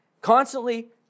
Constantly